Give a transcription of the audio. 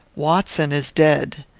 watson is dead.